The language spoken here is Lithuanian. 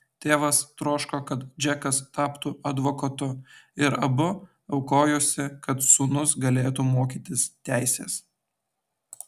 tėvas troško kad džekas taptų advokatu ir abu aukojosi kad sūnus galėtų mokytis teisės